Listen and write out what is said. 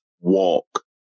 Walk